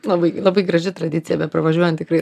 labai labai graži tradicija bepravažiuojant tikrai